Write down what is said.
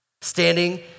standing